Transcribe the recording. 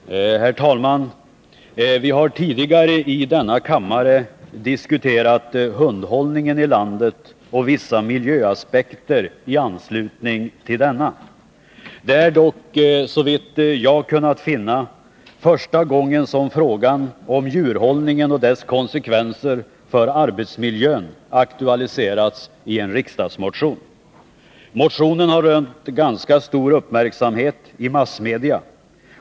till följd av djur Herr talman! Vi har tidigare i denna kammare diskuterat hundhållningen i hållning landet och vissa miljöaspekter i anslutning till denna. Det är dock, såvitt jag kunnat finna, första gången som frågan om djurhållningen och dess konsekvenser för arbetsmiljön aktualiserats i en riksdagsmotion. Motionen har rönt ganska stor uppmärksamhet i massmedia.